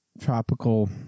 tropical